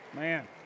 Man